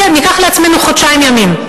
ניקח לעצמנו חודשיים ימים,